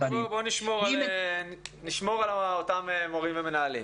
בוא נשמור על אותם מורים ומנהלים.